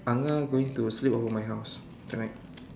angah going to sleep over at my house tonight